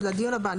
אז לדיון הבא.